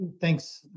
Thanks